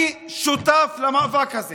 אני שותף למאבק הזה